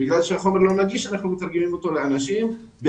אנחנו מתרגמים את החומר לאנשים כי הוא לא נגיש,